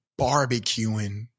barbecuing